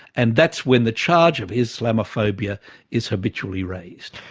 and that's when the charge of islamophobia is habitually raised.